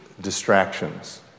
distractions